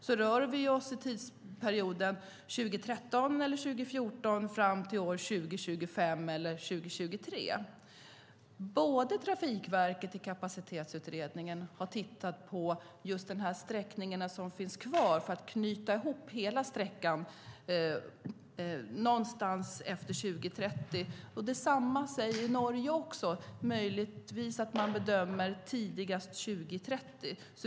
Vi rör oss i tidsperioden 2013 eller 2014 fram till år 2025 eller 2023. Trafikverket har i Kapacitetsutredningen tittat på just de sträckningar som finns kvar för att knyta ihop hela sträckan någonstans efter 2030. Samma säger Norge också. Möjligtvis gör man bedömningen tidigast 2030.